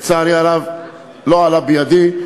לצערי הרב, לא עלה בידי.